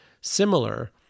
similar